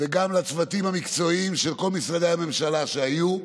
וגם לצוותים המקצועיים של כל משרדי הממשלה שהיו.